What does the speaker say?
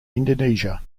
indonesia